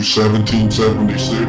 1776